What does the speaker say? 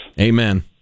Amen